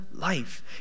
life